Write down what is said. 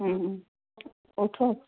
উঠক